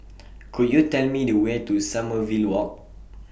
Could YOU Tell Me The Way to Sommerville Walk